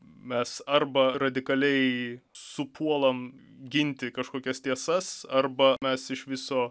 mes arba radikaliai supuolam ginti kažkokias tiesas arba mes iš viso